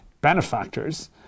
benefactors